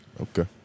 Okay